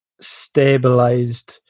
stabilized